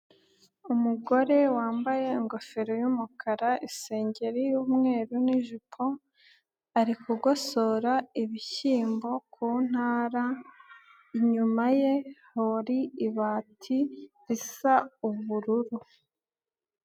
Umugore wambaye ingofero y'umukara, isengeri y'umweru n'ijipo, ari kugosora ibishyiyimbo kuntara, inyuma ye hori ibati risa ubururu.